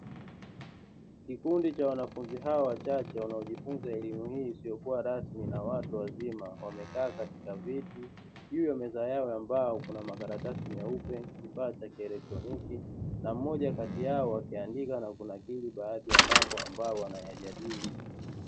Kikundi cha wanafunzi hawa wachache, wanajifunza elimu hii isiyo rasmi na watu wazima, wamekaa katika viti juu ya meza yao ya mbao kuna makaratasi meupe na kifaa cha kielektroniki, na mmoja kati yao akiandika na kunakiri baadhi ya mambo ambayo wanayajadili.